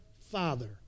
Father